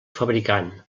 fabricant